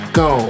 go